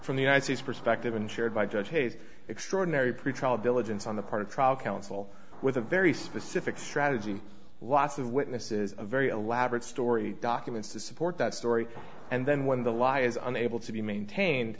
from the united states perspective and chaired by judge hayes extraordinary pretrial diligence on the part of trial counsel with a very specific strategy lots of witnesses a very elaborate story documents to support story and then when the law is unable to be maintained